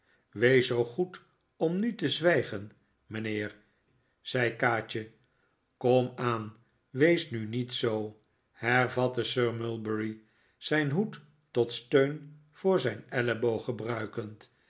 wees zoo goed om nu te zwijgen mijnheer zei kaatje komaan wees nu niet zoo hervatte sir mulberry zijn hoed tot steiin voor zijn elleboog gebruikend